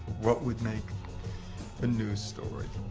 what would make the news stories.